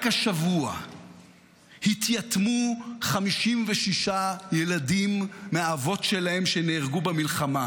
רק השבוע התייתמו 56 ילדים מהאבות שלהם שנהרגו במלחמה.